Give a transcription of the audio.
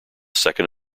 second